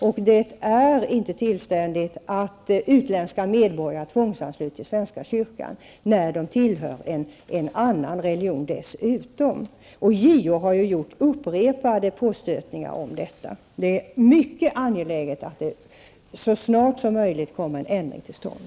Vidare är det inte tillständigt att utländska medborgare -- en del av dem kanske dessutom bekänner sig till en annan religion -- tvångsansluts till svenska kyrkan. JO har upprepade gånger gjort påstötningar om detta. Det är således mycket angeläget att en ändring så snart som möjligt kommer till stånd.